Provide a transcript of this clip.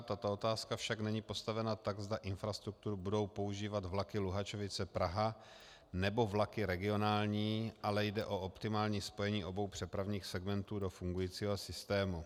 Tato otázka však není postavena tak, zda infrastrukturu budou používat vlaky Luhačovice Praha, nebo vlaky regionální, ale jde o optimální spojení obou přepravních segmentů do fungujícího systému.